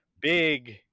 big